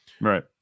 Right